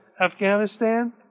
Afghanistan